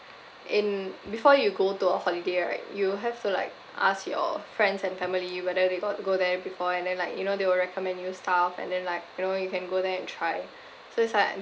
in before you go to a holiday right you have to like ask your friends and family whether they got go there before and then like you know they will recommend you stuff and then like you know you can go there and try so it's like